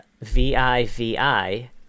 v-i-v-i